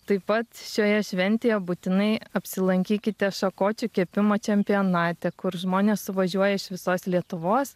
taip pat šioje šventėje būtinai apsilankykite šakočių kepimo čempionate kur žmonės suvažiuoja iš visos lietuvos